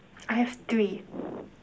I have three